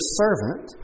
servant